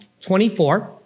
24